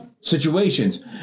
situations